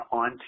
on